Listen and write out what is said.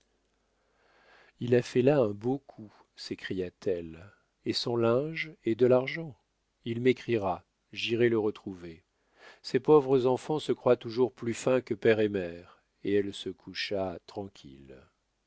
il a fait là un beau coup s'écria-t-elle et son linge et de l'argent il m'écrira j'irai le retrouver ces pauvres enfants se croient toujours plus fins que père et mère et elle se coucha tranquille